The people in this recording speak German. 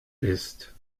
ist